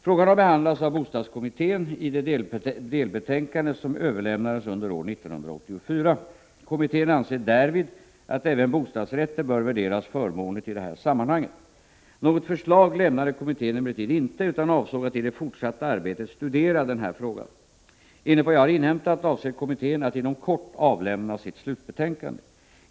Frågan har behandlats av bostadskommittén i det delbetänkande som överlämnades under år 1984. Kommittén anser därvid att även bostadsrätter bör värderas förmånligt i det här sammanhanget. Något förslag lämnade kommittén emellertid inte utan avsåg att i det fortsatta arbetet studera denna fråga. Enligt vad jag har inhämtat avser kommittén att inom kort avlämna sitt slutbetänkande.